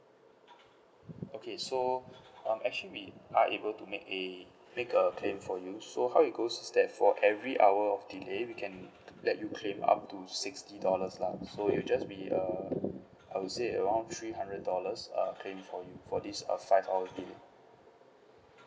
okay so um actually we are able to make a make a claim for you so how it goes is that for every hour of delay we can let you claim up to sixty dollars lah so it'll just be uh I would say around three hundred dollars uh claim for you for this uh five hours delay